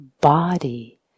body